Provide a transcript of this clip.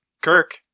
Kirk